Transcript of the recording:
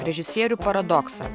režisierių paradoksą